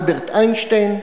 אלברט איינשטיין,